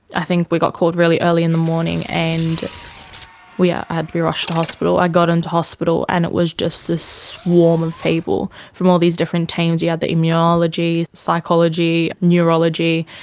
i think we got called really early in the morning, and i had to be rushed to hospital. i got into hospital and it was just this swarm of people from all these different teams. you had the immunology, psychology, neurology,